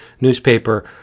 newspaper